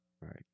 Right